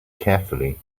carefully